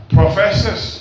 professors